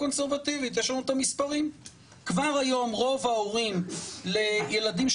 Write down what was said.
אנחנו גם כן רואים לפי נתונים,